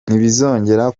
ntibizongera